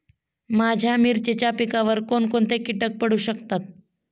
माझ्या मिरचीच्या पिकावर कोण कोणते कीटक पडू शकतात?